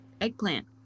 Eggplant